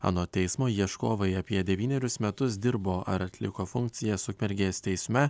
anot teismo ieškovai apie devynerius metus dirbo ar atliko funkcijas ukmergės teisme